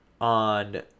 on